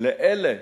לאלה